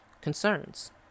Concerns